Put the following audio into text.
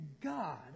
God